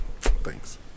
Thanks